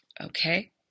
okay